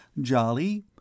Jolly